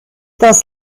das